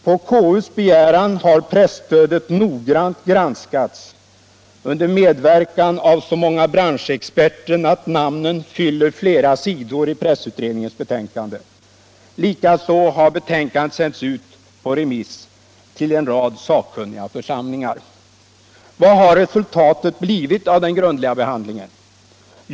På konstitutionsutskottets begäran har presstödet noggrant granskats under medverkan av så många branschexperter att namnen fyller flera sidor i pressutredningens betänkande. Likaså har betänkandet sänts ut på remiss till en rad sakkunniga församlingar. Vad har resultatet blivit av den grundliga behandlingen?